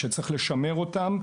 שצריך לשמר אותם,